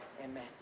Amen